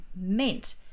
meant